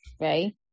right